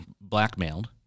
blackmailed